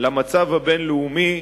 למצב הבין-לאומי,